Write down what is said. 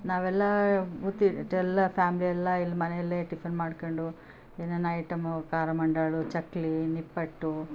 ನಾವೆಲ್ಲ ಬುತ್ತಿ ಇಟ್ಟೆಲ್ಲ ಫ್ಯಾಮ್ಲಿ ಎಲ್ಲ ಇಲ್ಲಿ ಮನೆಯಲ್ಲೇ ಟಿಫಿನ್ ಮಾಡ್ಕೊಂಡು ಏನೇನು ಐಟಮು ಖಾರ ಮಂಡಾಳು ಚಕ್ಕಲಿ ನಿಪ್ಪಟ್ಟು